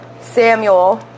Samuel